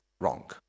wrong